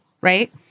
right